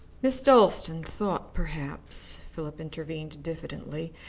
miss dalstan thought, perhaps, philip intervened diffidently,